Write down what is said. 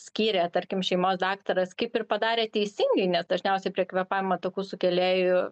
skyrė tarkim šeimos daktaras kaip ir padarė teisingai nes dažniausiai prie kvėpavimo takų sukėlėjų